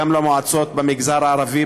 גם למועצות במגזר הערבי,